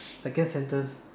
second sentence